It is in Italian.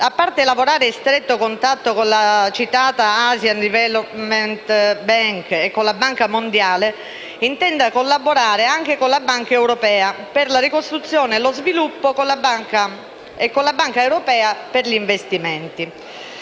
a parte lavorare in stretto contatto con le citate Asian development bank e Banca mondiale, intenda collaborare anche con la Banca europea per la ricostruzione e lo sviluppo e con la Banca europea per gli investimenti.